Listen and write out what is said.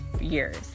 years